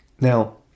Now